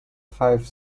five